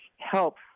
helps